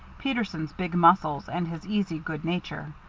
peterson's big muscles and his easy good nature.